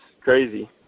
crazy